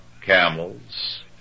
camels